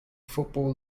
football